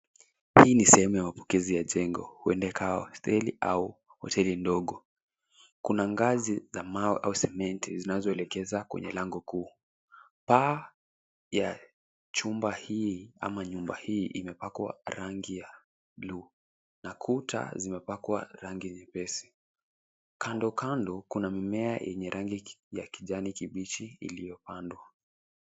Hii ni sehemu ya mapokezi ya jengo. Huenda ikawa hosteli au hoteli ndogo. Kuna ngazi za mawe au sementi zinazoelekeza kwenye lango kuu. Paa ya chumba hii, ama nyumba hii, imepakwa rangi ya bluu. Na kuta, zimepakwa rangi nyepesi. Kandokando, kuna mimea yenye rangi ya kijani kibichi, iliyopandwa.